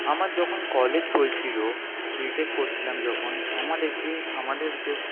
আমার যখন কলেজ চলছিলো বিটেক করছিলাম যখন আমাদেরকে আমাদের যে